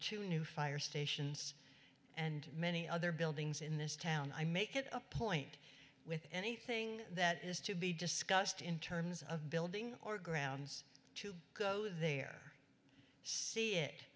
to new fire stations and many other buildings in this town i make it a point with anything that is to be discussed in terms of building or grounds to go there see it